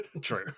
True